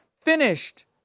finished